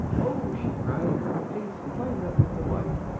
oh! she cried, and her face lighted up with delight.